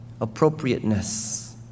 appropriateness